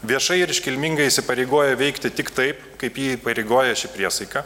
viešai ir iškilmingai įsipareigoja veikti tik taip kaip jį įpareigoja ši priesaika